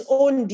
own